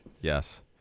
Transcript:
Yes